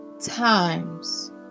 times